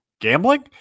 Gambling